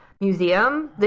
Museum